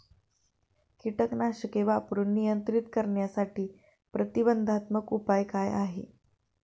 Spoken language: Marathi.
कीटकनाशके वापरून नियंत्रित करण्यासाठी प्रतिबंधात्मक उपाय काय आहेत?